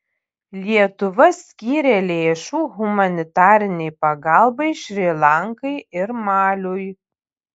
lietuva skyrė lėšų humanitarinei pagalbai šri lankai ir maliui